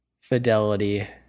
fidelity